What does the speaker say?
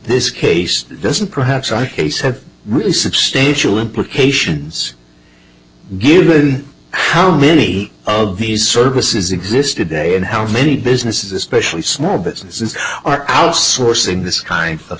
this case doesn't perhaps right they said really substantial implications given how many of these services existed a and how many businesses especially small businesses are outsourcing this kind of